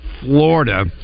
Florida